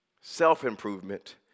Self-improvement